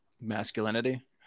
Masculinity